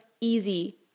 easy